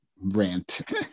rant